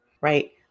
right